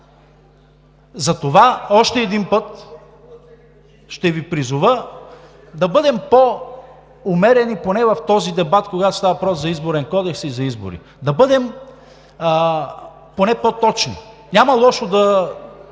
Затова още един път ще Ви призова да бъдем по-умерени поне в този дебат, когато става въпрос за Изборен кодекс и за избори. Да бъдем поне по-точни! Няма лошо да